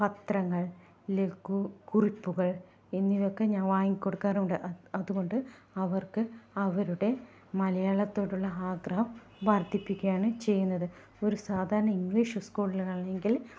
പത്രങ്ങൾ ലഗു കുറിപ്പുകൾ എന്നിവയൊക്കെ ഞാൻ വാങ്ങിക്കൊടുക്കാറുണ്ട് അതുകൊണ്ട് അവർക്ക് അവരുടെ മലയാളത്തോടുള്ള ആഗ്രഹം വർദ്ധിപ്പിക്കാണ് ചെയ്യുന്നത് ഒരു സാധാരണ ഇംഗ്ലീഷ് സ്കൂളിലാണെങ്കിൽ